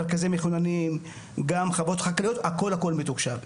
מרכזי מחוננים, גם חוות חקלאיות, הכול מתוקשב.